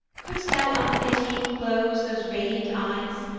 could'st thou unpitying close those radiant eyes?